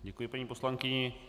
Děkuji paní poslankyni.